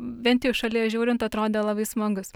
bent jau šalies žiūrint atrodė labai smagus